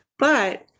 but,